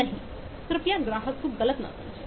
नहीं कृपया ग्राहक को गलत न समझें